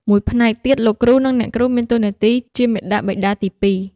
មួយផ្នែកទៀតលោកគ្រូនិងអ្នកគ្រូមានតួនាទីជាមាតាបិតាទីពីរ។